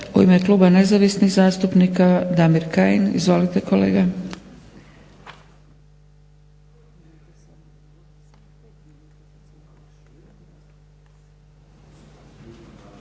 U ime kluba nezavisnih zastupnika Damir Kajin. Izvolite kolega.